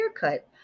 haircut